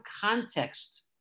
context